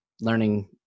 learning